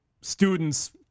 students